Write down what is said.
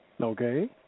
Okay